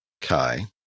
Kai